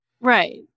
Right